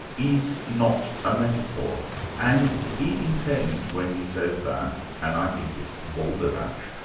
is not a metaphor and he intends when he says that, and i think it's balderdash,